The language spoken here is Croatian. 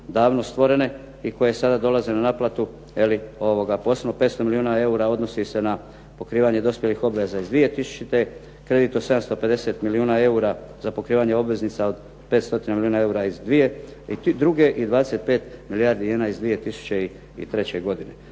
davno stvorene i koje sada dolaze na naplatu, posebno 500 milijuna eura odnosi se na pokrivanje dospjelih obveza iz 2000., kredit od 750 milijuna eura za pokrivanje obveznica od 5 stotina milijuna eura iz 2002. i 25 milijardi eura iz 2003. godine.